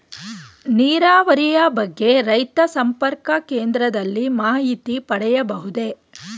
ನೀರಾವರಿಯ ಬಗ್ಗೆ ರೈತ ಸಂಪರ್ಕ ಕೇಂದ್ರದಲ್ಲಿ ಮಾಹಿತಿ ಪಡೆಯಬಹುದೇ?